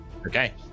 Okay